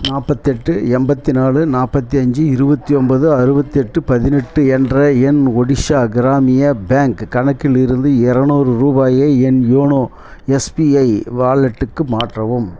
நாற்பத்தெட்டு எண்பத்தி நாலு நாற்பத்தி அஞ்சு இருபத்தி ஒம்பது அறுபதெட்டு பதினெட்டு என்ற என் ஒடிஷா கிராமிய பேங்க் கணக்கிலிருந்து இரநூறு ரூபாயை என் யூனோ எஸ்பிஐ வாலெட்டுக்கு மாற்றவும்